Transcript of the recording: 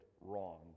wrong